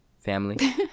family